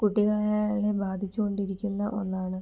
കുട്ടികളെ ബാധിച്ചുകൊണ്ടിരിക്കുന്ന ഒന്നാണ്